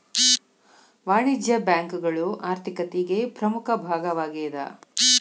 ವಾಣಿಜ್ಯ ಬ್ಯಾಂಕುಗಳು ಆರ್ಥಿಕತಿಗೆ ಪ್ರಮುಖ ಭಾಗವಾಗೇದ